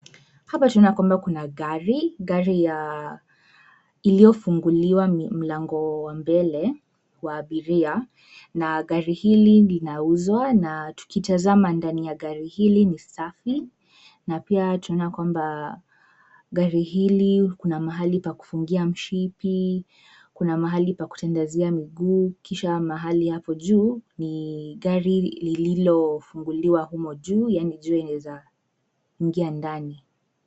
Hapa tunaona kwamba kuna gari, gari iliyofunguliwa mlango wa mbele, wa abiria na gari hili linauzwa na tukitizama ndani ya gari hili ni safi, na pia tunaona kwamba gari hili kuna mahali pa kufungia mshipi, kuna mahali pa kutandazia miguu, kisha mahali hapo juu ni gari liliofunguliwa humo juu yaani juu inaeza ingia ndani.